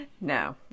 No